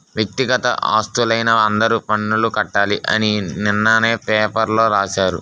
వ్యక్తిగత ఆస్తులైన అందరూ పన్నులు కట్టాలి అని నిన్ననే పేపర్లో రాశారు